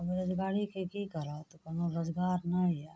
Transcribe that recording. बेरोजगारीके कि करत कोनो रोजगार नहि यऽ रोजगार किछु करत